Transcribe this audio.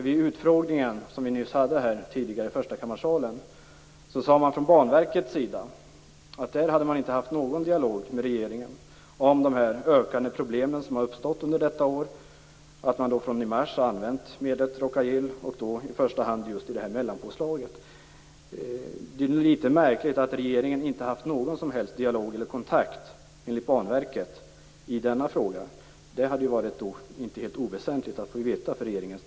Vid utfrågningen vi hade tidigare i förstakammarsalen sade man från Banverket att man inte fört någon dialog med regeringen om de ökande problem som uppstått under detta år och om att man från mars använt Rhoca-Gil, i första hand i mellanpåslaget. Det är litet märkligt att regeringen enligt Banverket inte haft någon som helst dialog eller kontakt i denna fråga. Uppgifterna hade ju inte varit helt oväsentliga för regeringen.